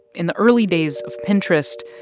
in the early days of pinterest,